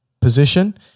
position